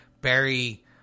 Barry